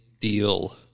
deal